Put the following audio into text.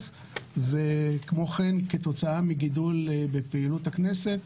וכמו כן כתוצאה מגידול בפעילות הכנסת.